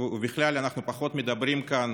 ובכלל אנחנו פחות מדברים כאן